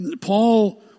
Paul